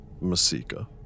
Masika